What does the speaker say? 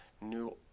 New